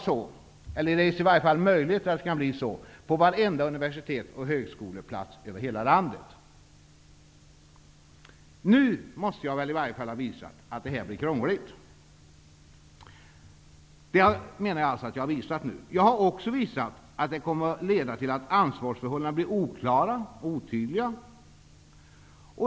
Så här kan det bli på varenda universitets och högskoleort i landet. Nu måste jag väl i alla fall ha visat att det här blir krångligt. Jag har också visat att förslaget kommer att leda till att ansvarsförhållandena blir oklara och otydliga.